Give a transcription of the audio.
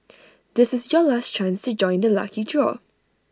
this is your last chance to join the lucky draw